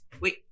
Wait